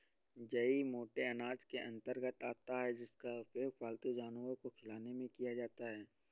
जई मोटे अनाज के अंतर्गत आता है जिसका उपयोग पालतू जानवर को खिलाने में किया जाता है